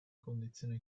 condizione